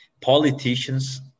Politicians